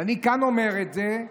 ואני כאן אומר את זה,